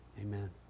Amen